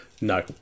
No